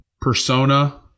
persona